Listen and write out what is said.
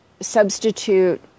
Substitute